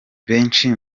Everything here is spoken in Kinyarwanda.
benshi